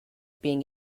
being